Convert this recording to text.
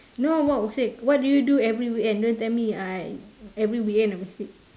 no say what do you do every weekend don't tell me I every weekend I must sleep